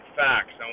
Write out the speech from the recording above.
facts